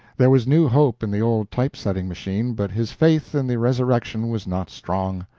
there was new hope in the old type-setting machine, but his faith in the resurrection was not strong.